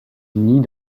unis